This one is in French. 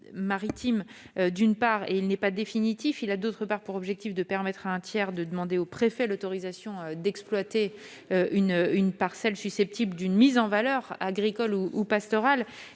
n'est pas définitif. D'autre part, il a pour objectif de permettre à un tiers de demander au préfet l'autorisation d'exploiter une parcelle susceptible d'une mise en valeur agricole ou pastorale,